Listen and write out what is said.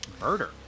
murder